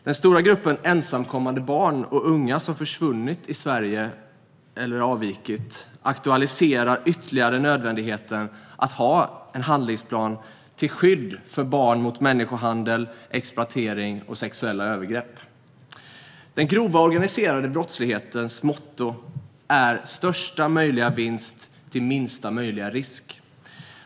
Den stora gruppen ensamkommande barn och unga som har försvunnit i Sverige eller avvikit aktualiserar ytterligare nödvändigheten av en handlingsplan till skydd för barn mot människohandel, exploatering och sexuella övergrepp. Den grova organiserade brottslighetens motto är största möjliga vinst till minsta möjliga risk.